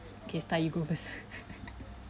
okay start you go first